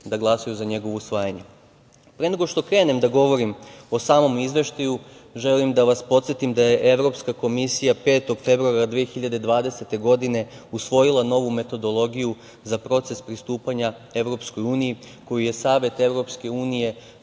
da glasaju za njegovo usvajanje. Pre nego što krenem da govorim o samom Izveštaju, želim da vas podsetim da je Evropska komisija 5. februara 2020. godine usvojila novu metodologiju za proces pristupanja EU, koju je Savet EU zvanično